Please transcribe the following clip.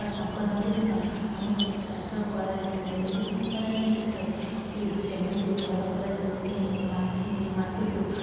ବା ସଂକ୍ରାନ୍ତି ଦିନ ଆମର ଚାଷ କରାଯାଇନଥାଏ ଏଇଥିପାଇଁ କରାଯାଇନଥାଏ କି ଜମିକୁ ହଳ କରାଯାଇନଥାଏ କି ମାଟିକୁ